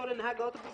והבטיחות